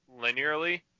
linearly